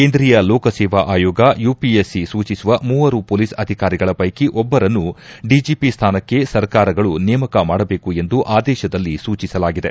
ಕೇಂದ್ರೀಯ ಲೋಕಸೇವಾ ಆಯೋಗ ಯುಪಿಎಸ್ಸಿಸೂಚಿಸುವ ಮೂವರು ಪೊಲೀಸ್ ಅಧಿಕಾರಿಗಳ ಪೈಕಿ ಒಬ್ಬರನ್ನು ಡಿಜಿಪಿ ಸ್ಥಾನಕ್ಕೆ ಸರ್ಕಾರಗಳು ನೇಮಕ ಮಾಡಬೇಕು ಎಂದು ಆದೇಶದಲ್ಲಿ ಸೂಚಿಸಲಾಗಿದೆ